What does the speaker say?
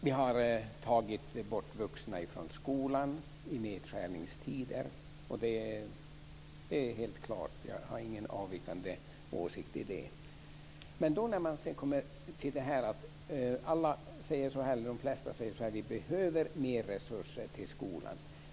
Vidare har vi i nedskärningstider tagit bort vuxna från skolan; det är helt klart. Där har jag ingen avvikande åsikt. De flesta säger att det behövs mer resurser till skolan.